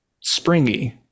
springy